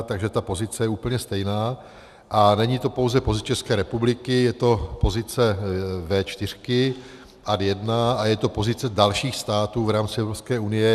Takže ta pozice je úplně stejná a není to pouze pozice České republiky, je to pozice V4, ad jedna, a je to pozice dalších států v rámci Evropské unie.